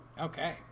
Okay